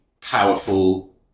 powerful